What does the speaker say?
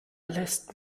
lässt